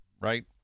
right